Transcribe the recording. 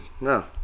No